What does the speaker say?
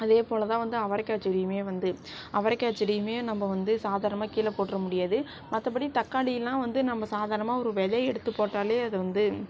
அதேபோல் தான் வந்து அவரைக்காய் செடியும் வந்து அவரைக்காய் செடியும் நம்ப வந்து சாதாரணமாக கீழே போட்டுட முடியாது மற்றபடி தக்காளியெலாம் வந்து நம்ம சாதாரணமாக ஒரு வெதையை எடுத்து போட்டாலே அது வந்து